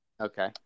Okay